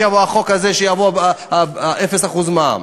החוק הזה של אפס אחוז מע"מ,